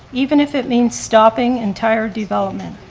even if it means stopping entire development.